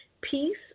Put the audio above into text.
peace